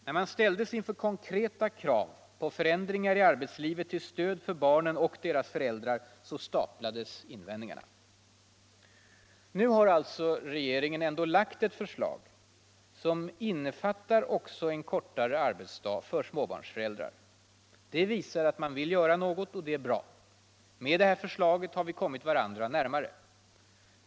När man ställdes inför konkreta krav på förändringar i arbetslivet till stöd för barnen och deras föräldrar — då staplades invändningarna. Nu har alltså regeringen ändå lagt fram ett förslag som innefattar också kortare arbetsdag för småbarnsföräldrar. Det visar att man vill göra något, och det är bra. Med det här förslaget har vi kommit varandra närmare.